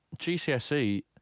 gcse